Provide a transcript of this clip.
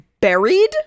buried